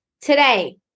today